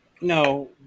No